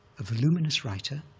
a voluminous writer,